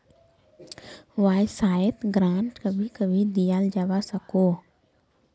वाय्सायेत ग्रांट कभी कभी दियाल जवा सकोह